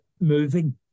moving